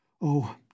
Oh